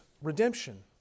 redemption